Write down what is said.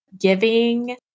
giving